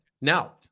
Now